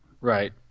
Right